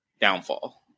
downfall